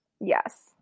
Yes